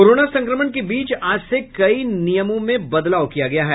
corona संक्रमण के बीच आज से कई नियमों में बदलाव किया गया है